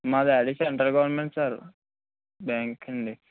మా daddy central government sir bank అండి